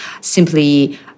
simply